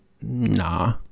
Nah